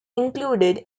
included